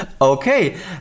Okay